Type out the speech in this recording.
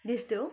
they still